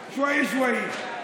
שוואיה-שוואיה.